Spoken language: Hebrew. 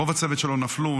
רוב הצוות שלו נפלו,